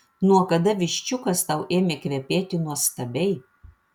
nuo kada viščiukas tau ėmė kvepėti nuostabiai